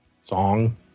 song